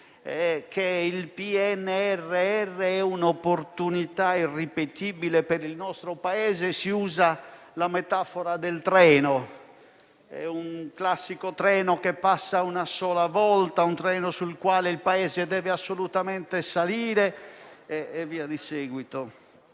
che il PNRR è un'opportunità irripetibile per il nostro Paese, si usa la classica metafora del treno che passa una sola volta, un treno sul quale il Paese deve assolutamente salire. Diciamo